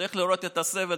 צריך לראות את הסבל,